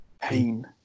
Pain